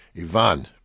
Ivan